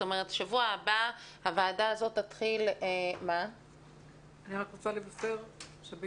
בשבוע הבא הוועדה הזאת תתחיל בדיונים לקראת פתיחת שנת הלימודים.